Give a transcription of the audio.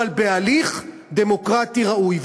אבל בהליך דמוקרטי ראוי,